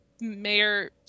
Mayor